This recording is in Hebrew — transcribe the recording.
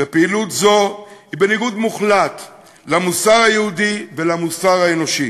ופעילות זו היא בניגוד מוחלט למוסר היהודי ולמוסר האנושי.